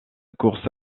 course